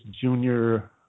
junior